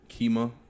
Kima